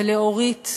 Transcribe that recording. לאורית,